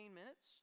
minutes